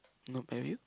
nope have you